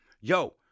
Yo